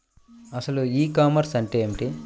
అసలు e commerce అంటే ఏమిటి?